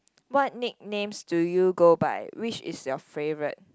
what nicknames do you go by which is your favourite